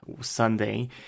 Sunday